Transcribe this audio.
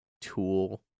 Tool